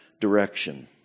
direction